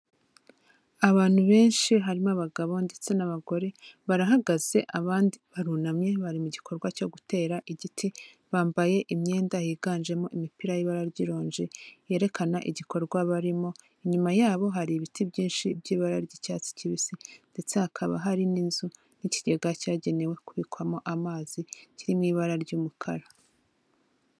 Abantu benshi harimo abagabo ndetse n'abagore, barahagaze abandi barunamye, bari mu gikorwa cyo gutera igiti, bambaye imyenda yiganjemo imipira y'ibara ry'ironji yerekana igikorwa barimo. Inyuma yabo hari ibiti byinshi by'ibara ry'icyatsi kibisi ndetse hakaba hari n'inzu n'ikigega cyagenewe kubikwamo amazi kiri mu ibara ry'umukara.